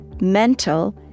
mental